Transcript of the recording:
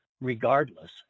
regardless